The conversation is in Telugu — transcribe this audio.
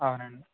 అవునండి